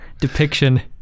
depiction